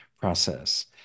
process